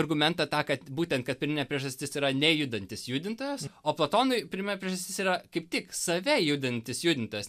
argumentą tą kad būtent kad pirminė priežastis yra nejudantis judintojas o platonui prime priežastis yra kaip tik save judantis judintas